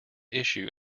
issue